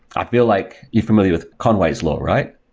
i feel like, you're familiar with conway's law, right?